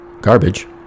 garbage